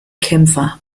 kämpfer